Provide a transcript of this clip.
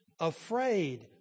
Afraid